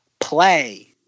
play